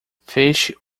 feche